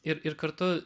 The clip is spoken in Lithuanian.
ir ir kartu